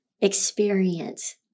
experience